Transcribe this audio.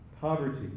poverty